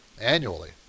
annually